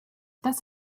das